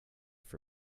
for